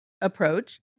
approach